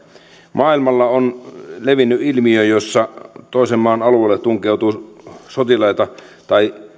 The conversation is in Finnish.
maailmalla on levinnyt ilmiö jossa toisen maan alueelle tunkeutuu sotilaita tai